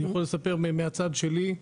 אני יכול לספר מהצד שלי.